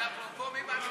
התשע"ח